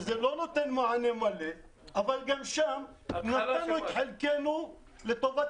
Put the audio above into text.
שזה לא נותן מענה מלא אבל גם שם נתנו את חלקנו לטובת